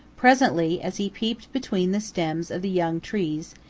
presently, as he peeped between the stems of the young trees,